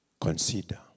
consider